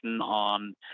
on